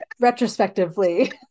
retrospectively